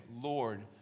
Lord